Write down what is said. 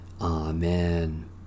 Amen